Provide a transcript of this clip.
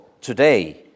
today